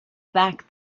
back